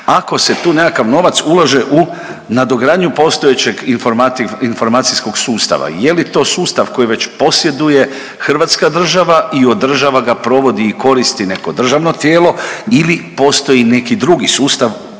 ako se tu nekakav novac ulaže u nadogradnju postojećeg informacijskog sustava je li to sustav koji već posjeduje hrvatska država i održava ga, provodi i koristi neko državno tijelo ili postoji neki drugi sustav